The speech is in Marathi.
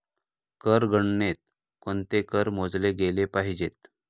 कर गणनेत कोणते कर मोजले गेले पाहिजेत?